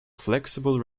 flexible